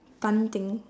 tongue thing